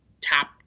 top